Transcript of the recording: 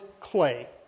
clay